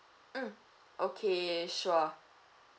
mm okay sure